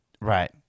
Right